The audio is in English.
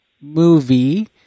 movie